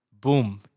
Boom